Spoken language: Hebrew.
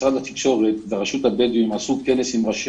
משרד התקשורת ורשות הבדואים עשו כנס עם ראשי